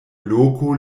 loko